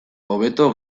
hobeto